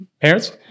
parents